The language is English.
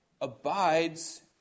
abides